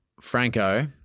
Franco